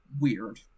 weird